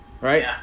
Right